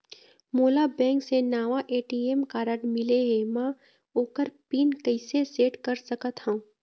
मोला बैंक से नावा ए.टी.एम कारड मिले हे, म ओकर पिन कैसे सेट कर सकत हव?